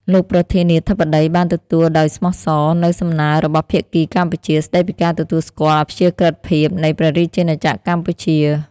លោកប្រធានាធិបតីបានទទួលដោយស្មោះសរ នូវសំណើរបស់ភាគីកម្ពុជា ស្តីពីការទទួលស្គាល់អាព្យាក្រឹតភាព នៃព្រះរាជាណាចក្រកម្ពុជា។